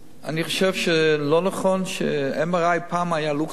אני חושב שלא נכון, MRI פעם היה לוקסוס,